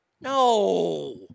No